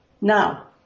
Now